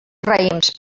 raïms